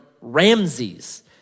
Ramses